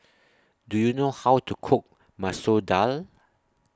Do YOU know How to Cook Masoor Dal